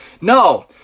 No